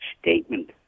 statement